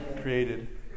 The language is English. created